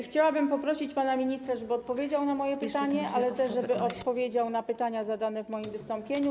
Chciałabym poprosić pana ministra, żeby odpowiedział na moje pytanie, ale też żeby odpowiedział na pytania zadane w moim wystąpieniu.